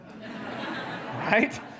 right